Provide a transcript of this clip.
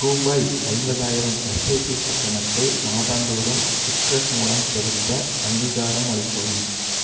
ரூபாய் ஐம்பதாயிரம் எஸ்ஏபி கட்டணத்தை மாதந்தோறும் சிட்ரஸ் மூலம் செலுத்த அங்கீகாரம் அளிக்கவும்